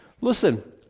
Listen